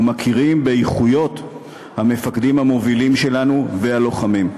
ומכירים באיכויות המפקדים המובילים שלנו והלוחמים.